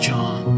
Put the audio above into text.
John